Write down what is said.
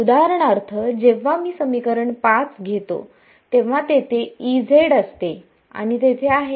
उदाहरणार्थ जेव्हा मी समीकरण 5 घेतो तेव्हा तेथे असते आणि तेथे आहे